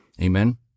Amen